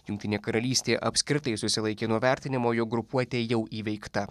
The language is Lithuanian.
jungtinė karalystė apskritai susilaikė nuo vertinimo jog grupuotė jau įveikta